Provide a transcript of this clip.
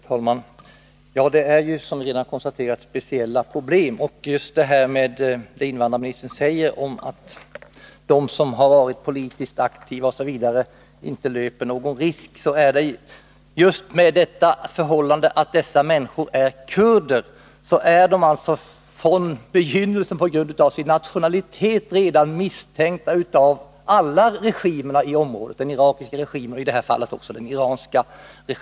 Herr talman! Det är ju, som redan konstaterats, speciella problem. Invandrarministern säger att de som varit politiskt aktiva osv. inte löper någon risk. Just därför att dessa människor är kurder är de från begynnelsen på grund av sin nationalitet redan misstänkta av alla regimer i det här området — den irakiska regimen och i det här fallet också den iranska.